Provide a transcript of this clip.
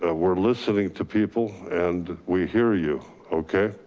ah we're listening to people and we hear you. okay.